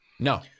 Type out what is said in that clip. No